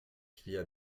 cria